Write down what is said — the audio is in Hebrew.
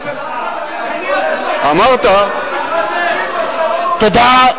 אמרת, תודה.